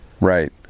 Right